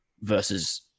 versus